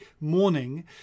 morning